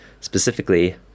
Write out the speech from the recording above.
specifically